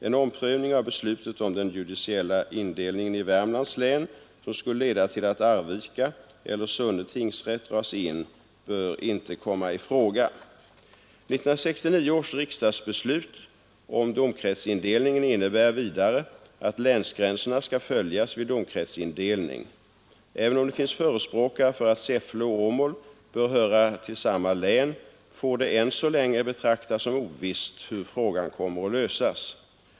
En omprövning av beslutet om den judiciella indelningen i Värmlands län som skulle leda till att Arvika eller Sunne tingsrätt dras in bör inte komma i fråga. 1969 års riksdagsbeslut om domkretsindelningen innebär vidare att länsgränserna skall följas vid domkretsindelning Även om det finns före språkare för att Säffle och Åmål bör höra till samma län får det än så länge betraktas som ovisst hur frågan kommer att lösas.